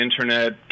Internet